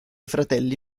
fratelli